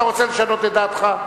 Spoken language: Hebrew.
אתה רוצה לשנות את דעתך?